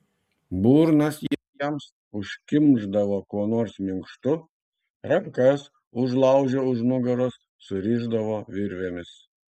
burnas jiems užkimšdavo kuo nors minkštu rankas užlaužę už nugaros surišdavo virvėmis